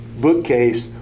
bookcase